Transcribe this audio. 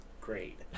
great